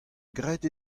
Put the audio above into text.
graet